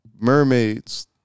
mermaids